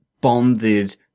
bonded